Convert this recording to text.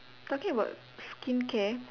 talking about skincare